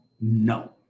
No